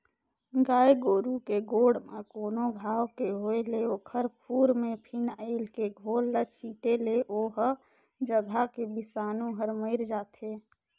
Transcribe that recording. गाय गोरु के गोड़ म कोनो घांव के होय ले ओखर खूर में फिनाइल के घोल ल छींटे ले ओ जघा के बिसानु हर मइर जाथे